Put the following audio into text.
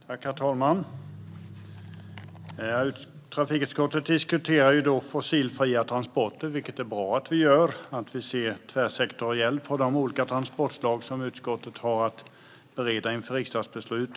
Herr talman! Trafikutskottet diskuterar fossilfria transporter. Det är bra att vi gör det och ser tvärsektoriellt på de olika transportslag som utskottet har att bereda inför riksdagsbeslut.